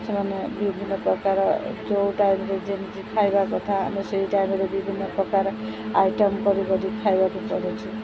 ସେମାନେ ବିଭିନ୍ନ ପ୍ରକାର ଯେଉଁ ଟାଇମରେ ଯେମିତି ଖାଇବା କଥା ଆମେ ସେଇ ଟାଇମରେ ବିଭିନ୍ନ ପ୍ରକାର ଆଇଟମ୍ କରିକରି ଖାଇବାକୁ ପଡ଼ୁଛି